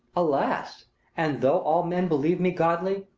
alas! and though all men believe me godly,